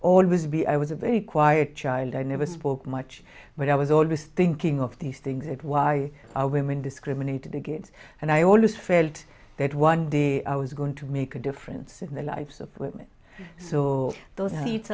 always be i was a very quiet child i never spoke much but i was always thinking of these things it why are women discriminated against and i always felt that one day i was going to make a difference in the lives of women saw those h